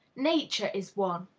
nature is one.